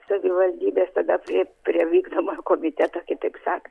savivaldybės tada prie prie vykdomojo komiteto kitaip sak